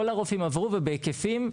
כל הרופאים עברו ובהיקפים.